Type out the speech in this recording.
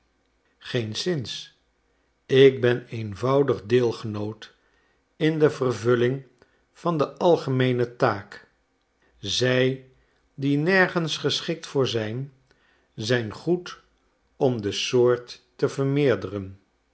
geenszins ik ben eenvoudig deelgenoot in de vervulling van de algemeene taak zij die nergens geschikt voor zijn zijn goed om de soort te vermeerderen